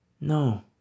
No